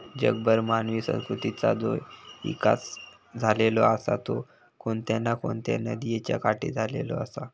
जगभर मानवी संस्कृतीचा जो इकास झालेलो आसा तो कोणत्या ना कोणत्या नदीयेच्या काठी झालेलो आसा